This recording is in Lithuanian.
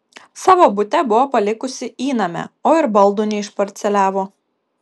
savo bute buvo palikusi įnamę o ir baldų neišparceliavo